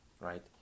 Right